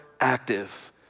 active